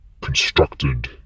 constructed